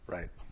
Right